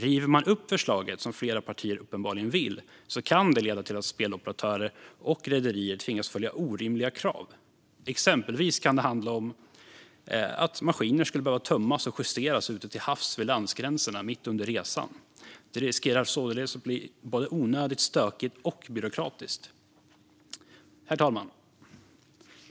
Om man river upp förslaget, som flera partier uppenbarligen vill, kan det leda till att speloperatörer och rederier tvingas att följa orimliga krav. Exempelvis kan det handla om att maskiner skulle behöva tömmas och justeras ute till havs vid landsgränserna mitt under resan. Det riskerar således att bli både onödigt stökigt och byråkratiskt. Herr talman!